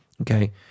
okay